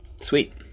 Sweet